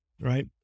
right